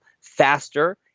faster